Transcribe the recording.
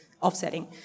offsetting